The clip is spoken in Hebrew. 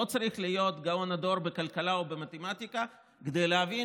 לא צריך להיות גאון בכלכלה או במתמטיקה כדי להבין